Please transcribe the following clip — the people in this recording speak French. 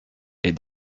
est